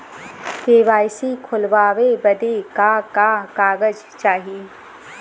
KYC खोलवावे बदे का का कागज चाही?